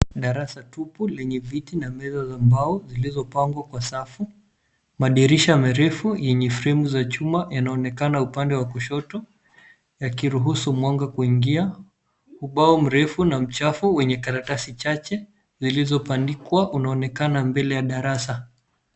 Darasa tupu lenye viti na meza za mbao zilizopangwa kwa safu. Madirisha marefu yenye fremu za chuma yanaonekana upande wa kushoto yakiruhusu mwanga kuingia . Ubao mrefu na mchafu wenye karatasi chache zilizobandikwa unaonekana mbele ya darasa.